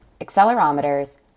accelerometers